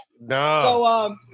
No